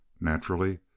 Naturally